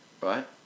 Right